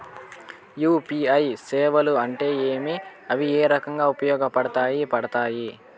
UPI సేవలు అంటే ఏమి, అవి ఏ రకంగా ఉపయోగపడతాయి పడతాయి?